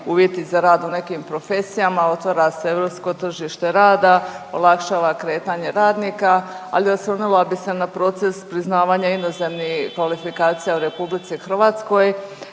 uvjeti za rad u nekim profesijama. Otvara se europsko tržište rada, olakšava kretanje radnika, ali osvrnula bih se na proces priznavanja inozemnih kvalifikacija u Republici Hrvatskoj